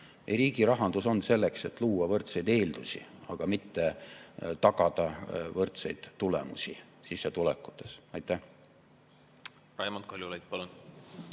riigirahandus on selleks, et luua võrdseid eeldusi, mitte tagada võrdseid tulemusi sissetulekutes. Raimond Kaljulaid,